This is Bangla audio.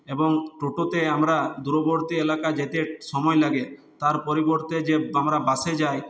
এবং টোটোতে আমরা দূরবর্তী এলাকা যেতে সময় লাগে তার পরিবর্তে যে আমরা বাসে যাই